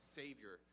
savior